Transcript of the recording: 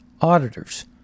auditors